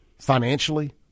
financially